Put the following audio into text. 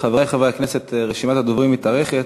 חברי חברי הכנסת, רשימת הדוברים מתארכת.